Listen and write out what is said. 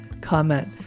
comment